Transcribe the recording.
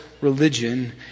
religion